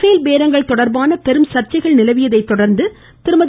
பேல் பேரங்கள் தொடா்பான பெரும் சா்ச்சைகள் நிலவியதை தொடா்ந்து திருமதி